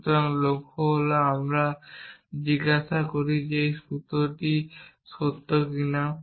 সুতরাং লক্ষ্য হল আমরা জিজ্ঞাসা করি যে এই সূত্রটি সত্য কিনা